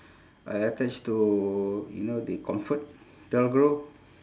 I attach to you know the comfort del gro